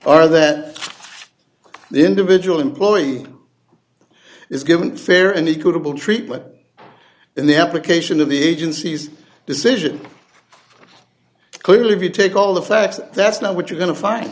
are that the individual employee is given fair and equal treatment in the application of the agency's decision clearly if you take all the facts that's not what you're going to find